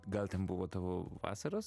gal ten buvo tavo vasaros